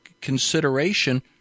consideration